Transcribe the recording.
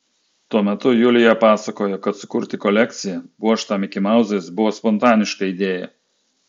tuo metu julija pasakojo kad sukurti kolekciją puoštą mikimauzais buvo spontaniška idėja